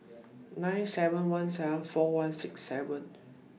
nine seven one seven four one six seven